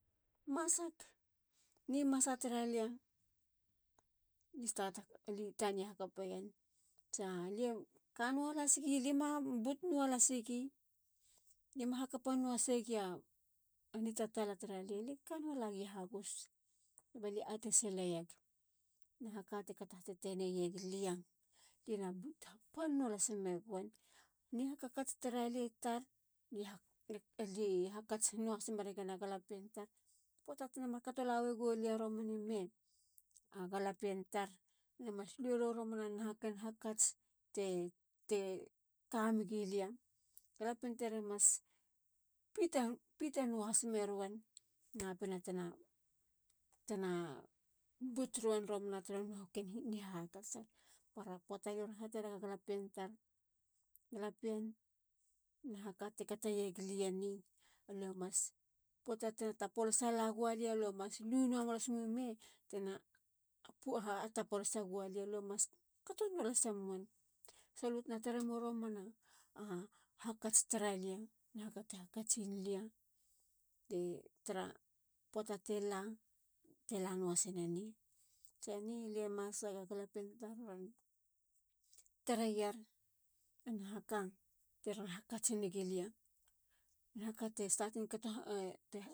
Lie masak. ni masa taralia. ali tania hakapeyen. salie kanua lasig. lie ma but nua lasgi. lie ma hakapanua hasegi. a nitatala taralia. lie kanua lagi hagus. kabalie atesileg. nahaka te kato hateteneyeglia. lie na but hapan nualasmegwen. ni hakhakats tara li tar. alie hakats nuahas meregen a galapien tar. poata tena mar kato lawegolia romanime. galapien tar namas lue ro romanu ken hakats te kamegilia. galapien tar e mas pitanua has merowen napina tena but rowen romana turu naha ken ni hakats. para poata. lie ron haterega galapien tar. galapien. nahaka te kateyeglieni. lue mas. poata te tapolasa lagowalia. lue mas lun nuahas mi me tena tapolasa gowalia. lue mas kato nua lasemuen. salutena tare mo romana hakats tara lia. nahaka te hakatsinlia tara poata te la. tela nuahasineni. se ni. lie masag a galapien tar e tare yer a nahaka teron hakats neyeglia. naha te startin kateg lia.